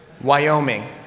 Wyoming